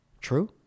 True